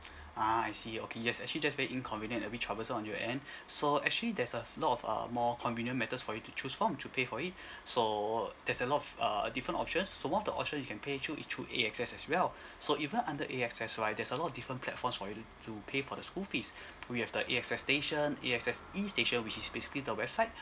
ah I see okay yes actually that's very inconvenient and very troublesome on you end so actually there's a lot of uh more convenient methods for you to choose from to pay for it so there's a lot of err different options so one of the option you can pay through is through A_X_S as well so even under A_X_S right there's a lot of different platforms for you to to pay for the school fees we have the A_X_S station A_X_S e station which is basically the website